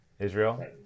Israel